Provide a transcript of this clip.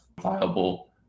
viable